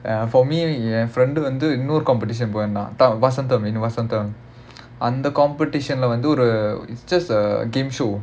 ya for me ஏன்:yaen friends வந்து இன்னொரு:vanthu innoru competition போயி இருந்தேன்:poyi irunthaen vasantham you know vasantham அந்த:antha competition leh வந்து:vanthu it's just a game show